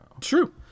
True